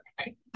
okay